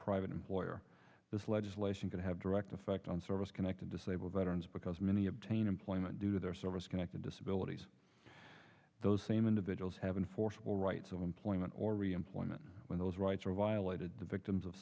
private employer this legislation could have direct effect on service connected disabled veterans because many obtain employment due to their service connected disability those same individuals have enforceable rights of employment or reemployment when those rights are violated the victims of